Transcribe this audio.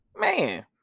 man